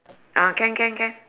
ah can can can